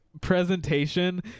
presentation